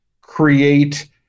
create